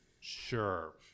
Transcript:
Sure